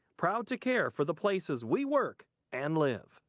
proud to care for the places we work and live.